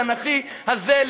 התנ"כי הזה,